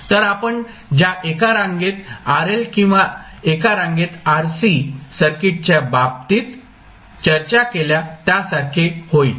तर आपण ज्या एका रांगेत RL किंवा एका रांगेत RC सर्किटच्या बाबतीत चर्चा केल्या त्यासारखे होईल